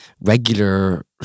regular